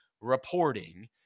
reporting